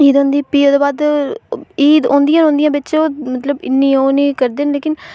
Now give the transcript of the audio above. ईद होंदी भी ओह्दे बाद ईद औंदी गै रौंह्दी बिच मतलब इन्नी ओह् निं करदे